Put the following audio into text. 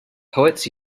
poets